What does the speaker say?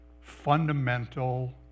fundamental